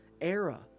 era